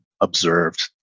observed